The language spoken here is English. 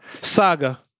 Saga